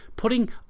Putting